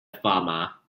former